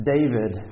David